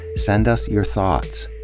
send us your thoughts.